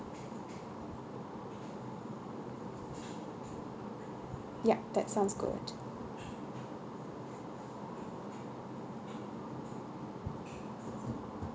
yup that sounds good